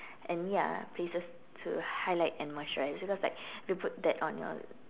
and ya places to highlight and moisturize because like if you put that on your